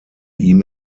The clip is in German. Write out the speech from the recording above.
ihm